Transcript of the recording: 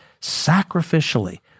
sacrificially